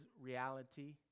reality